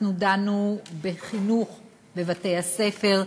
אנחנו דנו בחינוך בבתי-הספר,